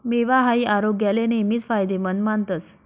मेवा हाई आरोग्याले नेहमीच फायदेमंद मानतस